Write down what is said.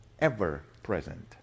ever-present